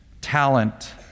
talent